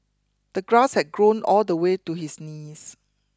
the grass had grown all the way to his knees